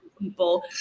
people